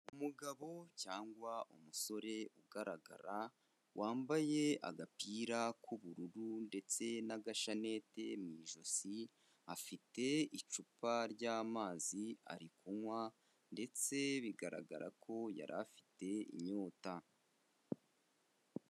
Umugabo cyangwa umusore ugaragara wambaye agapira k'ubururu ndetse n'agashanete mu ijosi, afite icupa ry'amazi ari kunywa ndetse bigaragara ko yari afite inyota.